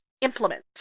implement